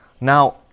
Now